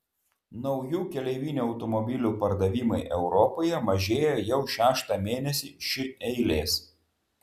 naujų keleivinių automobilių pardavimai europoje mažėja jau šeštą mėnesį ši eilės